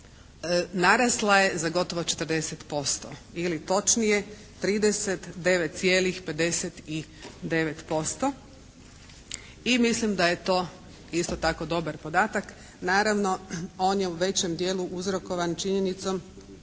narasla je za gotovo 40%, ili točnije 39,59%. I mislim da je to isto ako dobar podataka. naravno on je u većem dijelu uzorkovan činjenicom